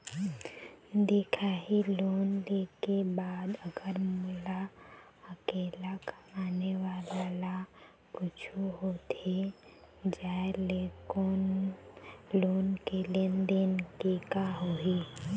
दिखाही लोन ले के बाद अगर मोला अकेला कमाने वाला ला कुछू होथे जाय ले लोन के लेनदेन के का होही?